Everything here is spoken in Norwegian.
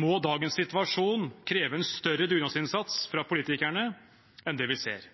må dagens situasjon kreve en større dugnadsinnsats fra politikerne enn det vi ser.